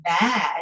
bad